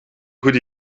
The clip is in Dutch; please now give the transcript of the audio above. goed